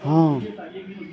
हँ